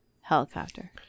helicopter